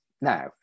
now